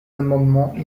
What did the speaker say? amendements